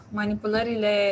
manipulările